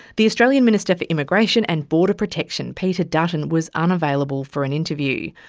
the australian minister for immigration and border protection peter dutton was unavailable for an interview.